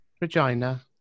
Regina